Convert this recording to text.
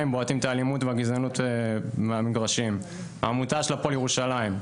הם בועטים את האלימות והגזענות מהמגרשים או העמותה של הפועל ירושלים.